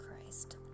Christ